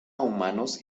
humanos